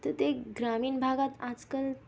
तर ते ग्रामीण भागात आजकाल